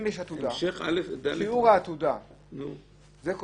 המשך (א) --- אבל אם יש עתודה,